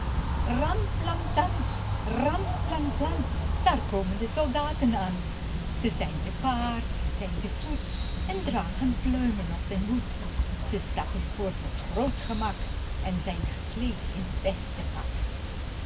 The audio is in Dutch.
ram plan plan ram plan plan daar komen de soldaten ân ze zijn te paard ze zijn te voet en dragen pluimen op den hoed ze stappen voort met groot gemak en zijn gekleed in t beste